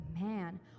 man